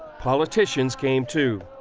politicians came, too.